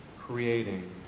creating